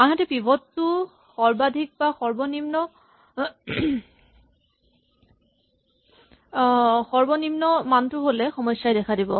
আনহাতে পিভট টো সৰ্বাধিক বা সৰ্বনিম্ন মানটো হ'লে সমস্যাই দেখা দিব